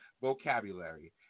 vocabulary